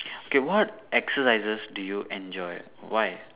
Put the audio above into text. okay what exercises do you enjoy why